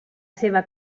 seva